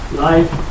life